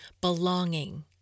belonging